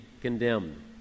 condemned